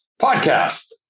podcast